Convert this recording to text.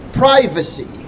privacy